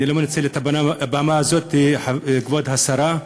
אני מנצל את הבמה הזו, כבוד השרה,